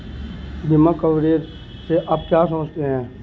बीमा कवरेज से आप क्या समझते हैं?